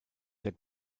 der